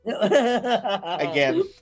again